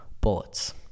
Bullets